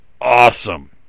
awesome